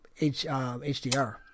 HDR